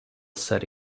set